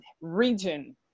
region